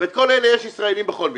אל כל אלה יש ישראלים בכל מקרה.